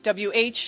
WH